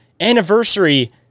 anniversary